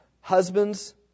Husbands